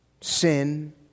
sin